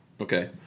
okay